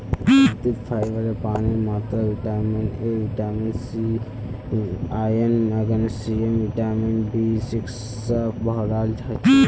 कद्दूत फाइबर पानीर मात्रा vitamin A vitamin C iron magnesium vitamin B six स भोराल हछेक